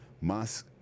Mas